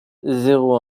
zéro